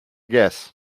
guess